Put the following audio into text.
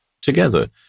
together